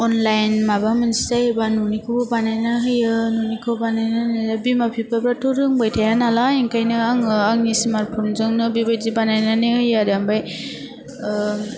online माबा मोनसे जायोबा न'निखौबो बानायना होयो न'निखौ बानायना होयो बिमा फिफाफ्राथ' रोबायथाया नालाय ओंखायनो आंङो आंनि स्मार्ट फनजोंनो बेबायदि बानायनानै होयो आरो आमफाय ओह